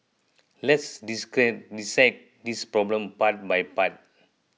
let's dissect this problem part by part